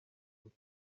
kure